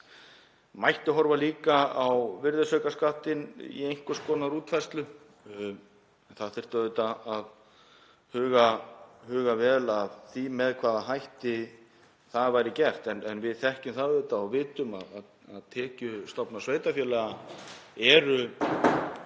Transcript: mætti horfa líka á virðisaukaskattinn í einhvers konar útfærslu. Það þyrfti auðvitað að huga vel að því með hvaða hætti það væri gert. En við þekkjum það auðvitað og vitum að tekjustofnar sveitarfélaga eru